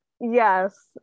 Yes